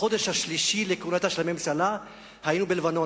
בחודש השלישי לכהונתה של הממשלה היינו בלבנון